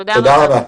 תודה רבה.